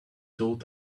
thought